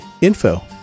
info